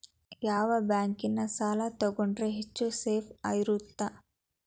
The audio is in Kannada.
ಯಾವ ಬ್ಯಾಂಕಿನ ಸಾಲ ತಗೊಂಡ್ರೆ ಹೆಚ್ಚು ಸೇಫ್ ಇರುತ್ತಾ?